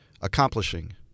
accomplishing